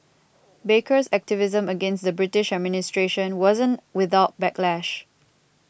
baker's activism against the British administration wasn't without backlash